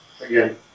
again